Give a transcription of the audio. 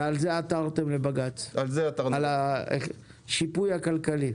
ועל זה עתרתם לבג"ץ, על השיפוי הכלכלי.